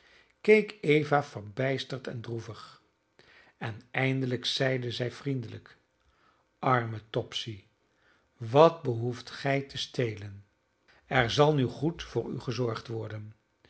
keek eva verbijsterd en droevig en eindelijk zeide zij vriendelijk arme topsy wat behoeft gij te stelen er zal nu goed voor u gezorgd worden